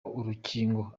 urukingo